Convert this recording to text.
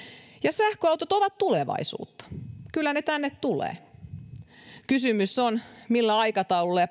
sähköautot ovat tulevaisuutta kyllä ne tänne tulevat kysymys on millä aikataululla ja